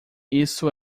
isso